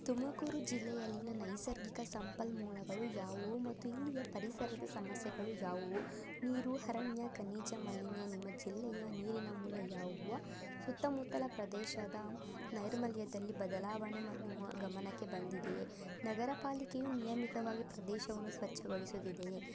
ತುಮಕೂರು ಜಿಲ್ಲೆಯಲ್ಲಿನ ನೈಸರ್ಗಿಕ ಸಂಪನ್ಮೂಲಗಳು ಯಾವುವು ಮತ್ತು ಇಲ್ಲಿಯ ಪರಿಸರದ ಸಮಸ್ಯೆಗಳು ಯಾವುವು ನೀರು ಅರಣ್ಯ ಖನಿಜಮಾಲಿನ್ಯ ನಿಮ್ಮ ಜಿಲ್ಲೆಯ ನೀರಿನ ಮೂಲ ಯಾವುವ ಸುತ್ತ ಮುತ್ತಲ ಪ್ರದೇಶದ ನೈರ್ಮಲ್ಯದಲ್ಲಿ ಬದಲಾವಣೆ ಮ ನಿಮ್ಮ ಗಮನಕ್ಕೆ ಬಂದಿದೆಯೇ ನಗರ ಪಾಲಿಕೆಯು ನಿಯಮಿತವಾಗಿ ಪ್ರದೇಶವನ್ನು ಸ್ವಚ್ಛಗೊಳಿಸುತ್ತಿದೆಯೇ